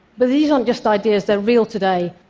but these aren't just ideas, they're real today,